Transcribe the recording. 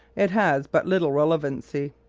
it has but little relevancy.